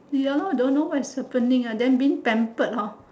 ya lor don't know what is happening ah then being pampered hor